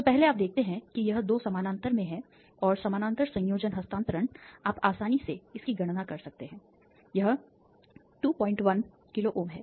तो पहले आप देखते हैं कि यह 2 समानांतर में हैं और समानांतर संयोजन हस्तांतरण आप आसानी से इसकी गणना कर सकते हैं यह 21 किलोΩ है